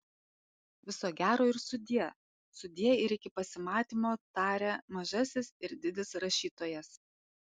viso gero ir sudie sudie ir iki pasimatymo taria mažasis ir didis rašytojas